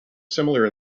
similar